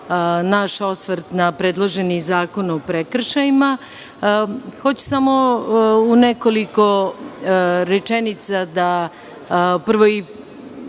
naš osvrt na predloženi zakon o prekršajima. Hoću samo u nekoliko rečenica da dam